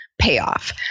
payoff